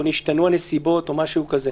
השתנו הנסיבות או משהו כזה.